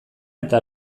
eta